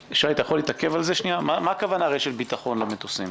מה הכוונה רשת ביטחון למטוסים?